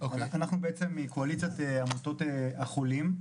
אנחנו בעצם מקואליציית עמותות החולים,